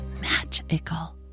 magical